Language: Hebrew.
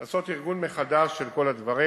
של כל הדברים.